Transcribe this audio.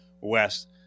west